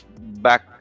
back